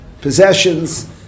possessions